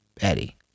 Eddie